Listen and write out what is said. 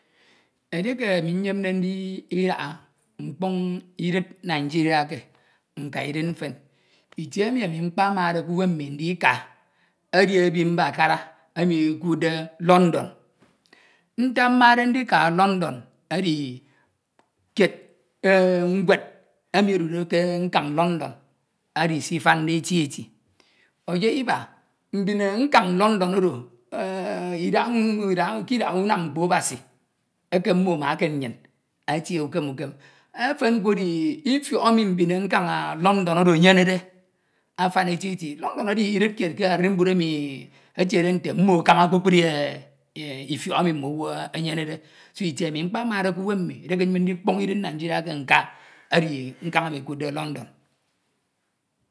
Edieke ami nyemde ndidaha mkpọñ idud Nigeria eke nka idud mfen, itíe emi ami mkpamade k’uwem mmi ndika edi ebi mmakara emi ekuudde London. Ntak mmade ndika London kied edi, ke ñwed emi odude do ke ñkañ London afan eti eti, ọyọhọ iba, mbin nkañ London oro, idak kidak unam mkpo Abasi eke mmo ma eke nnyin etie ukem ukems Efen nko edi Ifiọk emi mbin nkañ London oro enyenede afem eti eti London edi idud kied ke arimbud emi eti ede nte mmo akama kpukpru ifiọk emi mm’owu ekpenyenede so itie ami mkpamade k’uwem mmi edieke nyemde ndikpọñ idid nigeria eke nka edi London.